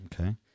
Okay